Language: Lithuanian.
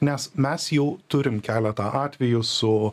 nes mes jau turim keletą atvejų su